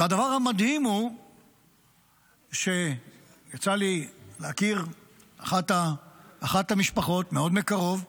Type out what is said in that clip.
והדבר המדהים הוא שיצא לי להכיר את אחת המשפחות מאוד מקרוב.